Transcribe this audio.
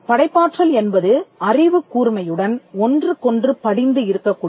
படைப்பாற்றல் என்பது அறிவுக் கூர்மையுடன் ஒன்றுக்கொன்று படிந்து இருக்கக்கூடியது